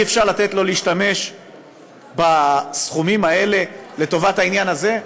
אי-אפשר לתת לו להשתמש בסכומים האלה לטובת העניין הזה?